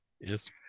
Yes